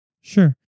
Sure